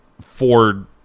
Ford